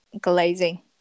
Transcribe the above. glazing